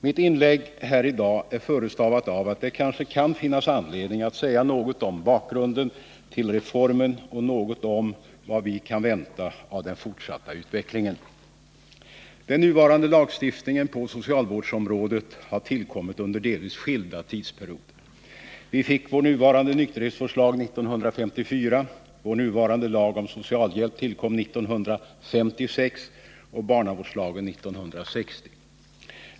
Mitt inlägg här i dag är förestavat av att det kanske kan finnas anledning att säga något om bakgrunden till reformen och något om vad vi kan vänta av den fortsatta utvecklingen. Den nuvarande lagstiftningen på socialvårdsområdet har tillkommit under delvis skilda tidsperioder. Vi fick vår nuvarande nykterhetsvårdslag 1954. Vår nuvarande lag om socialhjälp tillkom 1956 och barnavårdslagen 1960.